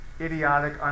idiotic